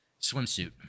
swimsuit